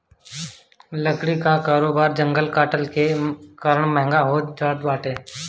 लकड़ी कअ कारोबार जंगल कटला के कारण महँग होत जात बाटे